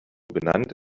benannt